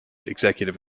executive